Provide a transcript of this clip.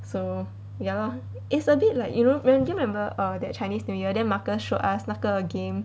so ya lor it's a bit like you know you remember err that chinese new year then marcus showed us 那个 game